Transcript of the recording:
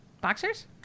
Boxers